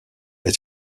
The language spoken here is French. est